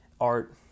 art